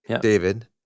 David